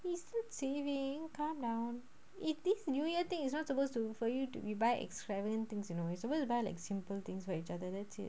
it's not savings calm down it this new year thing it's not supposed to for you to buy extravagant things you know it's supposed to buy like simple things for each other that's it